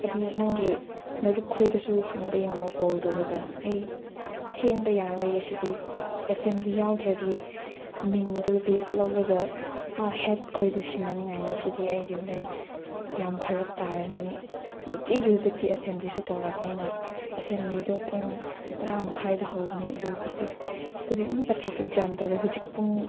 ꯑꯗꯨ ꯅꯪꯒꯤ ꯅꯔꯨꯞ ꯈꯣꯏꯗꯁꯨ ꯍꯪꯕ ꯌꯦꯡꯉꯣ ꯀꯣꯜ ꯇꯧꯔꯒ ꯑꯩ ꯊꯦꯡꯕ ꯌꯥꯔꯣꯏꯌꯦ ꯁꯤꯗꯤ ꯑꯦꯁꯦꯝꯕ꯭ꯂꯤ ꯌꯥꯎꯗ꯭ꯔꯗꯤ ꯃꯤꯡꯗꯨ ꯂꯤꯁ ꯂꯧꯔꯒ ꯑꯥ ꯍꯦꯗ ꯈꯣꯏꯗ ꯁꯤꯟꯅꯅꯤꯡꯉꯥꯏꯅꯤ ꯁꯤꯗꯤ ꯑꯩꯗꯤ ꯍꯣꯔꯦꯟ ꯌꯥꯝ ꯐꯔꯛ ꯇꯥꯔꯅꯤꯅꯦ ꯅꯨꯡꯇꯤꯒꯤ ꯍꯧꯖꯤꯛꯇꯤ ꯑꯦꯁꯦꯝꯕ꯭ꯂꯤꯁꯨ ꯇꯧꯔꯕꯅꯤꯅ ꯑꯦꯁꯦꯝꯕ꯭ꯂꯤꯗꯣ ꯄꯨꯡ ꯇꯔꯥ ꯃꯈꯥꯏꯗ ꯍꯧꯕꯅꯤ ꯑꯗꯨ ꯍꯧꯖꯤꯛ ꯍꯧꯖꯤꯛ ꯑꯃꯨꯛꯀ ꯇ꯭ꯔꯥꯐꯤꯛ ꯖꯥꯝ ꯇꯧꯔꯦ ꯍꯧꯖꯤꯛ ꯄꯨꯡ